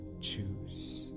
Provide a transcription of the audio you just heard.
choose